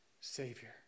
Savior